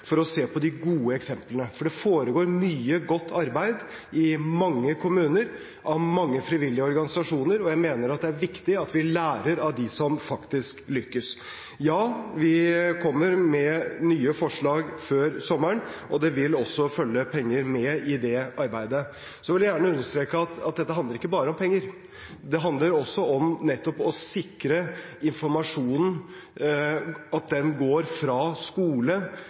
for å se på de gode eksemplene, for det foregår mye godt arbeid i mange kommuner av mange frivillige organisasjoner. Jeg mener det er viktig at vi lærer av dem som faktisk lykkes. Ja, vi kommer med nye forslag før sommeren, og det vil også følge penger med i det arbeidet. Jeg vil gjerne understreke at dette ikke bare handler om penger, det handler også om nettopp å sikre informasjonen – at den går fra skole